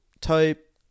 type